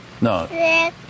No